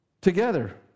together